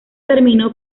terminó